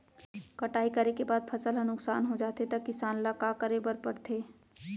कटाई करे के बाद फसल ह नुकसान हो जाथे त किसान ल का करे बर पढ़थे?